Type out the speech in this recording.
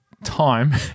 Time